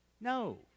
No